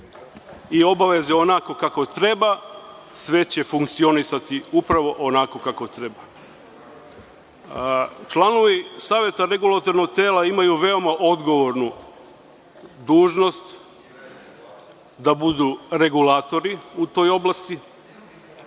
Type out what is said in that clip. i obaveze onako kako treba, sve će funkcionisati upravo onako kako treba. Članovi Saveta Regulatornog tela imaju veoma odgovornu dužnost – da budu regulatori u toj oblasti,